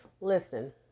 Listen